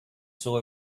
saw